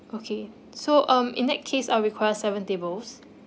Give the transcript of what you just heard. okay so um in that case uh I require seven tables